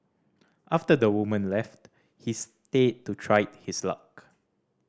after the woman left he stayed to try his luck